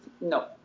No